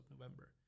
November